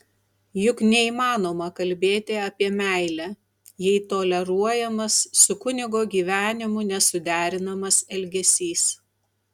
juk neįmanoma kalbėti apie meilę jei toleruojamas su kunigo gyvenimu nesuderinamas elgesys